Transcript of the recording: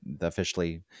officially